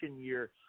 year